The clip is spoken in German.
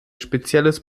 spezielles